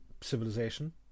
civilization